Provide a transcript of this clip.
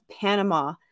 Panama